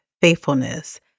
faithfulness